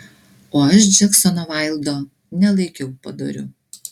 o aš džeksono vaildo nelaikiau padoriu